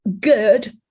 good